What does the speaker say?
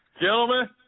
gentlemen